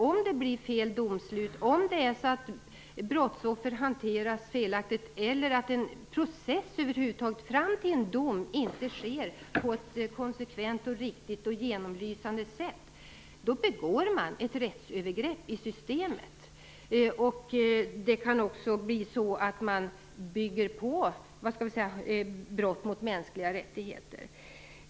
Om det blir fel domslut, brottsoffer hanteras felaktigt eller att över huvud taget den process som leder fram till en dom inte sker på ett konsekvent, riktigt och genomlysande sätt begår man ett rättsövergrepp i systemet. Det kan också bli så att man ökar brotten mot mänskliga rättigheter.